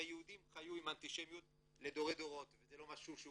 הרי יהודים חיו עם אנטישמיות דורי דורות וזה לא משהו חדש,